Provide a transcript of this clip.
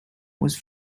was